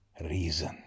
reason